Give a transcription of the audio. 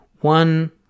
one